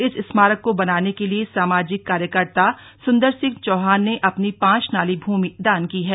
इस स्मारक को बनाने के लिए सामाजिक कार्यकर्ता सुन्दर सिंह चौहान ने अपनी पांच नाली भूमि दान की है